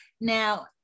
Now